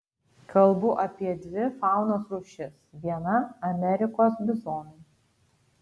kalbu apie dvi faunos rūšis viena amerikos bizonai